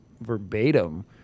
verbatim